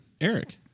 Eric